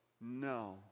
no